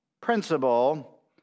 principle